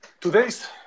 today's